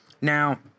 Now